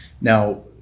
Now